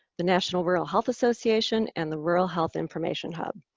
the national rural health association, and the rural health information hub.